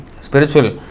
Spiritual